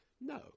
No